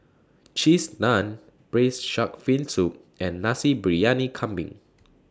Cheese Naan Braised Shark Fin Soup and Nasi Briyani Kambing